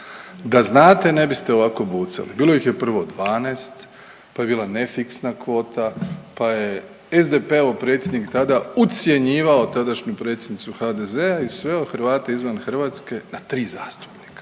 da znate ne biste ovako bucali, bilo ih je prvo 12, pa je bila ne fiksna kvota, pa je SDP-ov predsjednik tada ucjenjivao tadašnju predsjednicu HDZ-a i sveo Hrvate izvan Hrvatske na tri zastupnika,